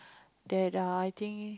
that uh I think